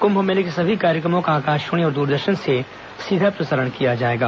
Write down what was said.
कुम्भ मेले के सभी कार्यक्रमों का आकाशवाणी और द्रदर्शन से सीधा प्रसारण किया जाएगा